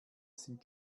sind